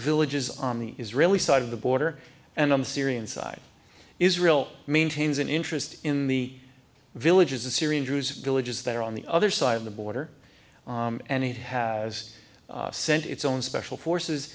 villages on the israeli side of the border and on the syrian side israel maintains an interest in the villages the syrian jews villages that are on the other side of the border and it has sent its own special forces